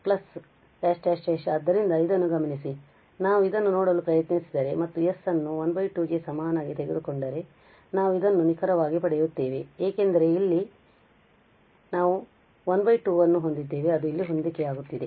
ಆದ್ದರಿಂದ ಇದನ್ನು ಗಮನಿಸಿ ನಾವು ಇದನ್ನು ನೋಡಲು ಪ್ರಯತ್ನಿಸಿದರೆ ಮತ್ತು ಈ s ಅನ್ನು 12 ಗೆ ಸಮನಾಗಿ ತೆಗೆದುಕೊಂಡರೆ ಆದ್ದರಿಂದ ನಾವು ಇದನ್ನು ನಿಖರವಾಗಿ ಪಡೆಯುತ್ತೇವೆ ಏಕೆಂದರೆ ಇಲ್ಲಿ ನಾವು ಈ 1 2 ಅನ್ನು ಹೊಂದಿದ್ದೇವೆ ಅದು ಅಲ್ಲಿ ಹೊಂದಿಕೆಯಾಗುತ್ತಿದೆ